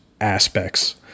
aspects